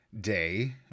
Day